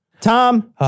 Tom